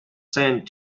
sent